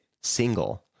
single